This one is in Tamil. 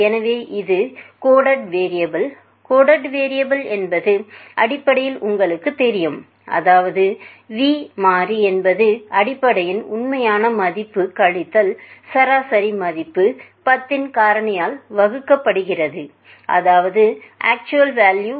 எனவே இது கோடடு வேரியபுள் கோடடு வேரியபுள் என்பது அடிப்படையில் உங்களுக்குத் தெரியும் அதாவது v மாறி என்பது அடிப்படையில் உண்மையான மதிப்பு கழித்தல் சராசரி மதிப்பு 10இன் காரணியால் வகுக்கப்படுகிறது 10